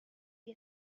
see